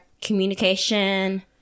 communication